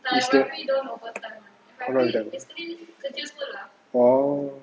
is the don't overtime oh